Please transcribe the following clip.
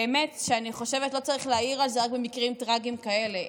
באמת שאני חושבת שלא צריך להעיר על זה רק במקרים טרגיים כאלה,